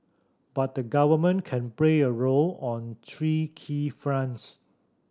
but the Government can play a role on three key fronts